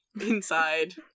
inside